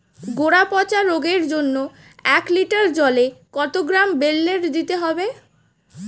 গোড়া পচা রোগের জন্য এক লিটার জলে কত গ্রাম বেল্লের দিতে হবে?